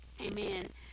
amen